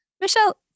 Michelle